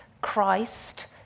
Christ